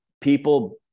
people